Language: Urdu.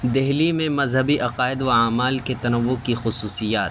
دہلی میں مذہبی عقائد و اعمال کے تنوع کی خصوصیات